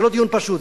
זה לא דיון פשוט.